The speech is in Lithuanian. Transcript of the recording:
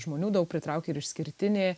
žmonių daug pritraukė ir išskirtinė